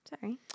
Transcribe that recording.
Sorry